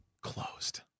Closed